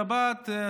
שבת,